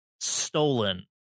stolen